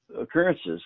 occurrences